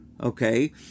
okay